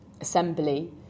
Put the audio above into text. assembly